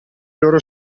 loro